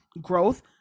growth